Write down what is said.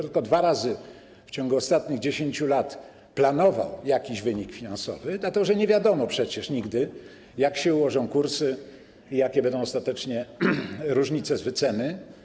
Tylko dwa razy w ciągu ostatnich 10 lat planował jakiś wynik finansowy, dlatego że przecież nigdy nie wiadomo, jak się ułożą kursy i jakie będą ostatecznie różnice z wyceny.